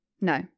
No